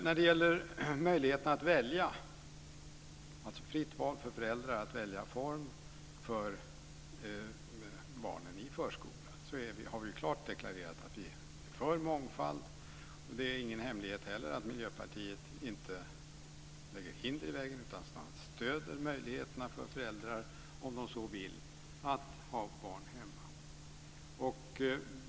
När det gäller möjligheterna att välja, dvs. fritt val för föräldrar att välja form för barnen i förskolan, har vi klart deklarerat att vi är för mångfald. Det är inte heller någon hemlighet att Miljöpartiet inte lägger hinder i vägen, utan snarast stöder möjligheterna för föräldrar att ha barnen hemma om de så vill.